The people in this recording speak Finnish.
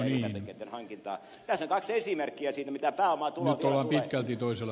tässä on kaksi esimerkkiä siitä mitä pääomatuloon tulee